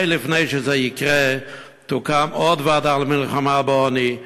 לפני שזה יקרה תוקם עוד ועדה למלחמה בעוני,